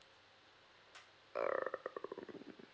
um